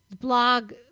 blog